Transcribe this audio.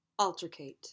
Altercate